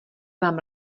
vám